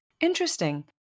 Interesting